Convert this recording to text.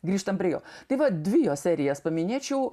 grįžtam prie jo tai va dvi jo serijas paminėčiau